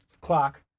clock